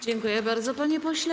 Dziękuję bardzo, panie pośle.